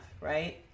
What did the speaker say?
Right